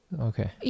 okay